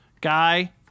guy